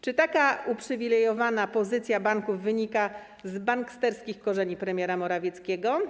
Czy taka uprzywilejowana pozycja banków wynika z banksterskich korzeni premiera Morawieckiego?